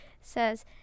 says